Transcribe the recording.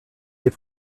des